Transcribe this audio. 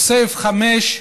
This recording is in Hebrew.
בסעיף 5,